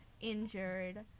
injured